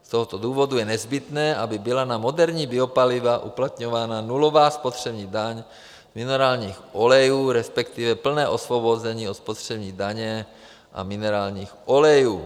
Z tohoto důvodu je nezbytné, aby byla na moderní biopaliva uplatňována nulová spotřební daň z minerálních olejů, resp. plné osvobození od spotřební daně z minerálních olejů.